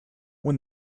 when